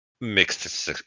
mixed